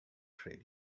trail